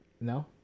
no